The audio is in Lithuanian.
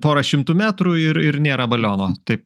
porą šimtų metrų ir ir nėra baliono taip